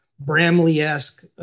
Bramley-esque